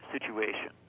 situation